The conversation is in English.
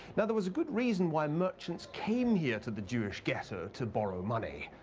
now, there was good reason why merchants came here to the jewish ghetto to borrow money.